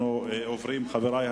אם כך,